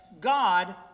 God